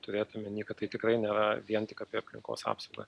turėt omeny kad tai tikrai nėra vien tik apie aplinkos apsaugą